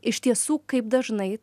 iš tiesų kaip dažnai